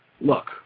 Look